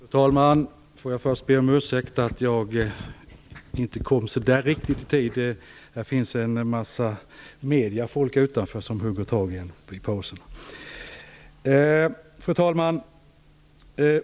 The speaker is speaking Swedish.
Fru talman! Låt mig först be om ursäkt för att jag inte kom riktigt i tid. Det finns en massa mediefolk utanför som hugger tag i en i pauserna. Fru talman!